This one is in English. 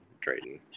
Drayton